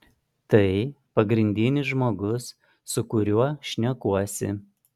tai pagrindinis žmogus su kuriuo šnekuosi